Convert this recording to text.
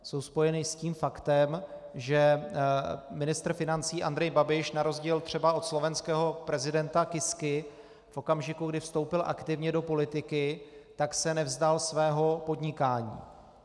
Jsou spojeny s tím faktem, že ministr financí Andrej Babiš na rozdíl třeba od slovenského prezidenta Kisky v okamžiku, kdy vstoupil aktivně do politiky, se nevzdal svého podnikání.